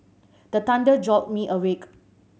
the thunder jolt me awake